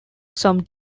some